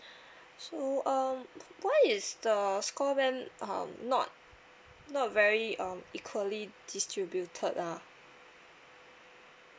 so um why is the score band um not not very um equally distributed ah